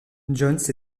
jones